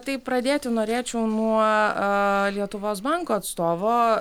tai pradėti norėčiau nuo aa lietuvos banko atstovo